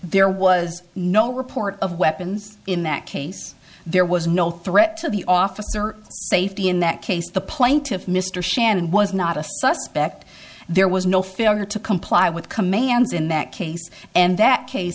there was no report of weapons in that case there was no threat to the officer safety in that case the plaintiff mr shand was not a suspect there was no failure to comply with commands in that case and that case